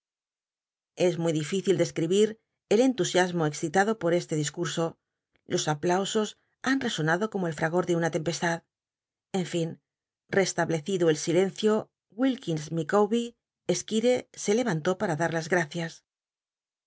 es muy dificil describir el enlusiasmo excitado por este cliscut'so los aplausos han t'esonado como el fragor de una tempestad en fin restablecido el silencio wilkins micawher csquire se le antó para dat las gmcias